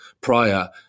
prior